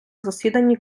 засіданні